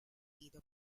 either